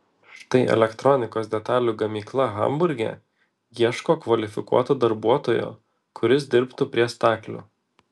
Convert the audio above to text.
štai elektronikos detalių gamykla hamburge ieško kvalifikuoto darbuotojo kuris dirbtų prie staklių